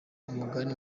umugani